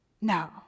No